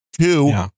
Two